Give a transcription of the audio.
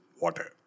water